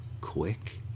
quick